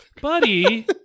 buddy